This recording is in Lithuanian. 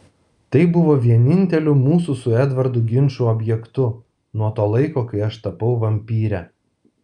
tai buvo vieninteliu mūsų su edvardu ginčų objektu nuo to laiko kai aš tapau vampyre